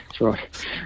right